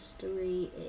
history